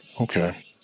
okay